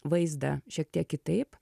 vaizdą šiek tiek kitaip